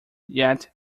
yet